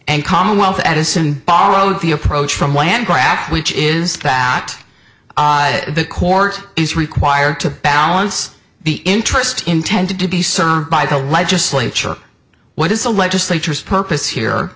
and commonwealth edison followed the approach from land grab which is packed the court is required to balance the interest intended to be sung by the legislature what is the legislatures purpose here